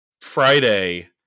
Friday